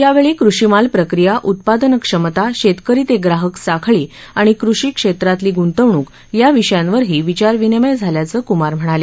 यावेळी कृषीमालप्रक्रिया उत्पादनक्षमता शेतकरी ते ग्राहक साखळी आणि कृषीक्षेत्रातली गुंतवणूक याविषयांवरही विचारविनिमय झाल्याचं कुमार म्हणाले